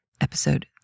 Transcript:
episode